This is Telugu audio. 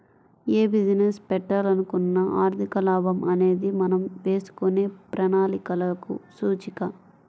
యే బిజినెస్ పెట్టాలనుకున్నా ఆర్థిక లాభం అనేది మనం వేసుకునే ప్రణాళికలకు సూచిక